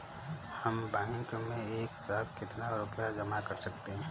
हम बैंक में एक साथ कितना रुपया जमा कर सकते हैं?